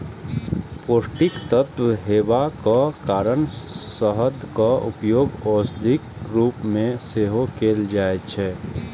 पौष्टिक तत्व हेबाक कारण शहदक उपयोग औषधिक रूप मे सेहो कैल जाइ छै